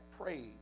prayed